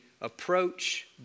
approach